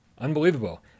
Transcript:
unbelievable